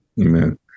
amen